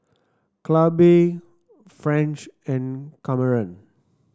Clabe French and Kamren